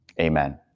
Amen